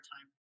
time